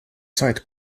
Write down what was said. zeit